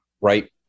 right